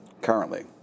currently